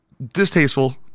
Distasteful